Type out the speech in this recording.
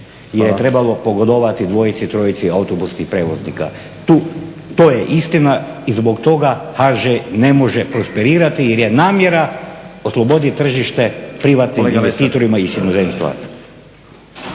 jer je trebalo pogodovati dvojici, trojici autobusnih prijevoznika. To je istina i zbog toga HŽ ne može prosperirati jer je namjera osloboditi tržište privatnim investitorima iz inozemstva.